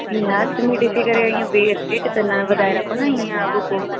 इअं अष्टमी ॾिसी करे इअं बहस रेट त न वधाए रखो न इअं अॻो पोइ